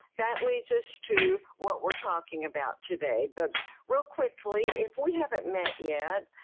that leads us to what we are talking about today. but real quickly, if we haven't met yet,